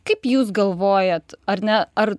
kaip jūs galvojat ar ne ar